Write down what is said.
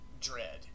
dread